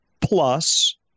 plus